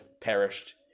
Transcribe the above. perished